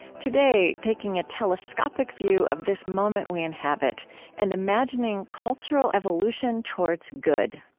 today, taking a telescopic view of this moment we inhabit and imagining cultural evolution towards good.